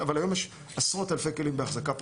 אבל היום יש עשרות אלפי כלים בהחזקה פרטית,